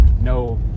no